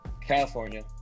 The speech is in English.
California